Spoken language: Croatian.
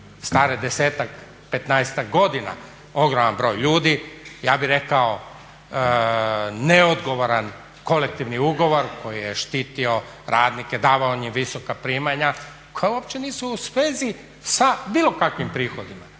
stare 10-ak, 15-ak godina, ogroman broj ljudi. Ja bih rekao neodgovoran kolektivni ugovor koji je štitio radnike, davao im je visoka primanja koja uopće nisu u svezi sa bilo kakvim prihodima.